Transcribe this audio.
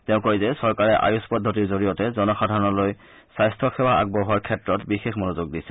তেওঁ কয় যে চৰকাৰে আয়ূষ পদ্ধতিৰ জৰিয়তে জনসাধাৰণলৈ স্বাস্থ্য সেৱা আগবঢ়োৱাৰ ক্ষেত্ৰত বিশেষ মনোযোগ দিছে